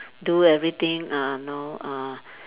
do everything uh know uh